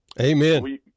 Amen